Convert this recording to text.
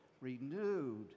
renewed